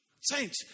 Saints